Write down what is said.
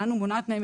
עצמה